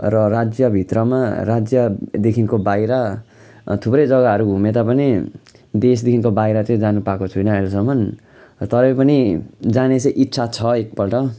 र राज्य भित्रमा राज्यदेखिको बाहिर थुप्रै जगाहरू घुमे तापनि देशदेखिको बाहिर चाहिँ जानु पाएको छुइनँ अहिलेसम्म तरै पनि जाने चाहिँ इच्छा छ एक पल्ट